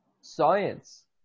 science